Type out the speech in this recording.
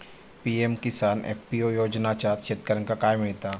PM Kisan FPO योजनाच्यात शेतकऱ्यांका काय मिळता?